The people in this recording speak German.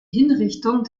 hinrichtung